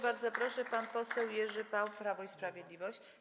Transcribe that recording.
Bardzo proszę, pan poseł Jerzy Paul, Prawo i Sprawiedliwość.